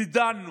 ודנו